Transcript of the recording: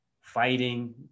fighting